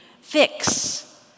fix